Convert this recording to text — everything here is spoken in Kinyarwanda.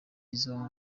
izo